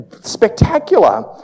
spectacular